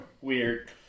weird